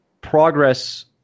progress